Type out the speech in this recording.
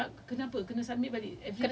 done my research so